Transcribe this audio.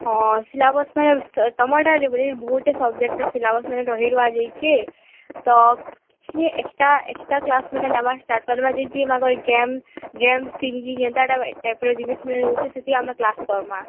ହଁ ସିଲାବସ୍ ବେଲେ ତମର୍ଟା ବହୁତଟେ ସବଜେକ୍ଟ୍ର ସିଲାବସ୍ ମାନେ ରହିରୁହା ଯାଇଛେ ତ କିଛି ସିଏ ଏକ୍ସଟ୍ରା ଏକ୍ସଟ୍ରା କ୍ଲାସ୍ ମାନେ ନେମା ଷ୍ଟାର୍ଟ୍ କରିଦେମା ଯେନଥି ଇମାନକର୍ ଗେମ୍ ଗେମ୍ ସିଙ୍ଗିଂ ଏନ୍ତା ଟାଇପ୍ର ଜିନିଷ୍ ମାନେ ରହୁଛେ ସେଥି ଆମେ କ୍ଲାସ୍ କରମା